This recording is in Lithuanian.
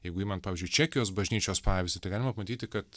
jeigu imant pavyzdžiui čekijos bažnyčios pavyzdį tai galima pamatyti kad